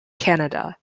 canada